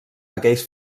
aquells